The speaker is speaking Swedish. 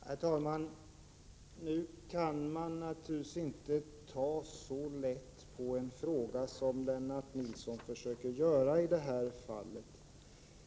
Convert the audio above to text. Herr talman! Man kan inte ta så lätt på frågan som Lennart Nilsson gör i detta fall.